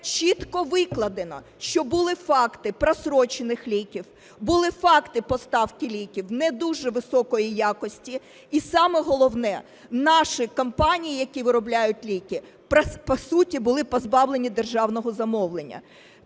чітко викладено, що була факти прострочених ліків, були факти поставки ліків не дуже високої якості. І саме головне, наші компанії, які виробляють ліки, по суті були позбавлені державного замовлення.